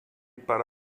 para